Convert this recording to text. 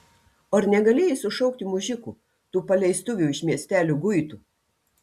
o ar negalėjai sušaukti mužikų tų paleistuvių iš miestelio guitų